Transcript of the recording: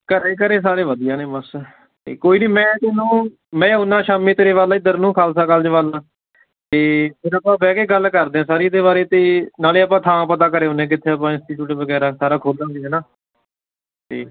ਘਰ ਘਰ ਸਾਰੇ ਵਧੀਆ ਨੇ ਬਸ ਕੋਈ ਨਹੀਂ ਮੈਂ ਤੈਨੂੰ ਮੈਂ ਆਉਂਦਾ ਸ਼ਾਮੀ ਤੇਰੇ ਵੱਲ ਇੱਧਰ ਨੂੰ ਖਾਲਸਾ ਕਾਲਜ ਵੱਲ ਅਤੇ ਫਿਰ ਆਪਾਂ ਬਹਿ ਕੇ ਗੱਲ ਕਰਦੇ ਹਾਂ ਸਾਰੀ ਇਹਦੇ ਬਾਰੇ ਅਤੇ ਨਾਲੇ ਆਪਾਂ ਥਾਂ ਪਤਾ ਕਰ ਆਉਂਦੇ ਕਿੱਥੇ ਆਪਾਂ ਇੰਸਟੀਟਿਊਟ ਵਗੈਰਾ ਸਾਰਾ ਖੋਲ੍ਹਣ ਦੀ ਹੈ ਨਾ ਅਤੇ